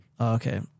Okay